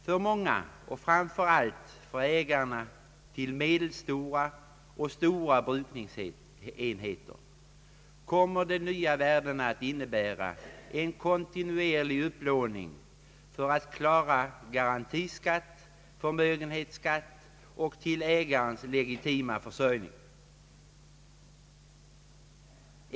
För många — och framför allt för ägarna till medelstora och stora brukningsenheter — kommer de nya värdena att innebära en kontinuerlig upplåning för att klara garantiskatt, förmögenhetsskatt och ägarens legitima försörjning.